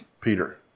Peter